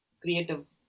creative